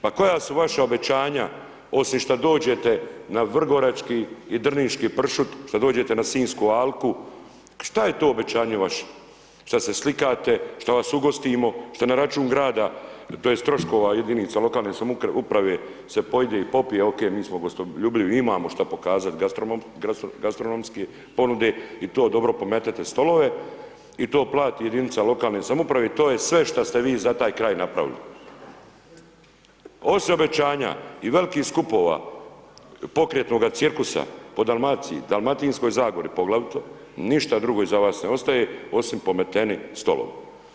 Pa koja su vaša obećanja osim što dođete na vrgorački i drniški pršut, šta dođete na Sinjsku alku, šta je to obećanje vaše, šta se slikate, šta vas ugostimo, šta na račun grada to jest troškova jedinica lokalne samouprave se pojide i popije, ok, mi smo gostoljubivi, imamo šta pokazati gastronomski ponude, i to dobro pometete stolove, i to plati jedinica lokalne samouprave, i to je sve šta ste vi za taj kraj napravili. ... obećanja i velikih skupova pokretnoga cirkusa po Dalmaciji, Dalmatinskoj Zagori poglavito, ništa drugo iza vas ne ostaje, osim pometeni stolovi.